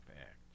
Act